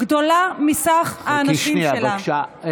גדולה מסך האנשים שלה, חכי שנייה, בבקשה.